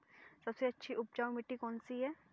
सबसे अच्छी उपजाऊ मिट्टी कौन सी है?